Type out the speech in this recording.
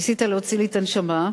ניסית להוציא לי את הנשמה.